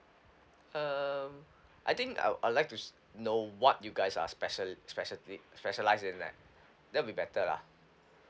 um I think I would I'd like to know what you guys are special~ specialty specialize in that that'd be better lah